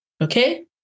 Okay